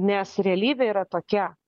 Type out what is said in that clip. nes realybė yra tokia